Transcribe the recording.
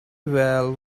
well